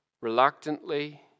reluctantly